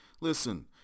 Listen